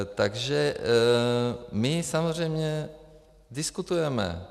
Takže my samozřejmě diskutujeme.